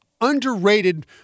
underrated